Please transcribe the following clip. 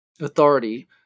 authority